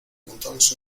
montamos